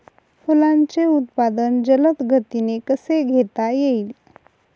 फुलांचे उत्पादन जलद गतीने कसे घेता येईल?